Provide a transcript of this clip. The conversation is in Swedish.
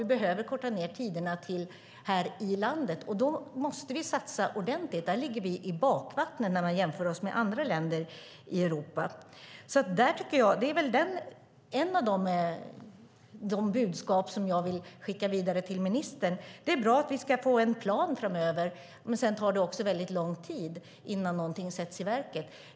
Vi behöver korta ned restiderna här i landet. Då måste vi satsa ordentligt. Vi ligger i bakvattnet jämfört med andra länder i Europa. Det är ett av de budskap som jag har till ministern. Det är bra att vi ska få en plan framöver. Men det tar lång tid innan något sätts i verket.